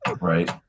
Right